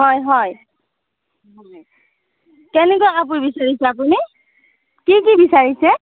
হয় হয় কেনেকুৱা কাপোৰ বিচাৰিছে আপুনি কি কি বিচাৰিছে